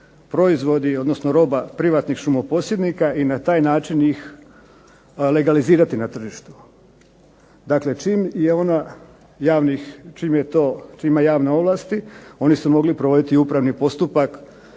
proizvodi odnosno roba privatnih šumoposjednika i na taj način ih legalizirati na tržištu. Dakle, čim ima javna ovlasti, oni su mogli provoditi upravni postupak